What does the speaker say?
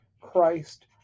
Christ